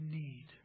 need